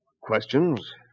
questions